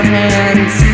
hands